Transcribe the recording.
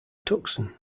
tucson